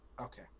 Okay